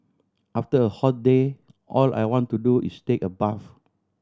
after a hot day all I want to do is take a bath